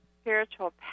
spiritual